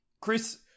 Chris